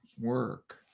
work